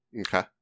okay